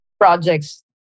projects